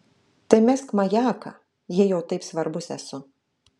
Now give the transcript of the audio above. tai mesk majaką jei jau taip svarbus esu